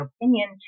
opinion